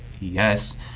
Yes